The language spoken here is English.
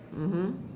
mmhmm